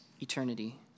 eternity